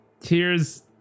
Tears